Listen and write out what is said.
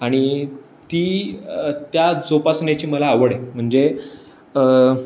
आणि ती त्या जोपासण्याची मला आवड आहे म्हणजे